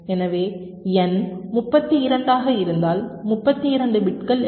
எனவே n 32 ஆக இருந்தால் 32 பிட்கள் எல்